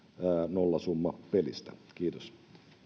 nollasummapelistä kiitos